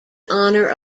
honor